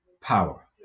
power